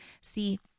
See